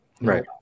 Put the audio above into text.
Right